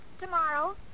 Tomorrow